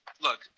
Look